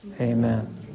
amen